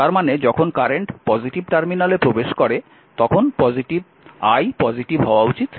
তার মানে যখন কারেন্ট পজিটিভ টার্মিনালে প্রবেশ করে তখন i পজিটিভ হওয়া উচিত